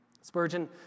Spurgeon